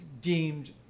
deemed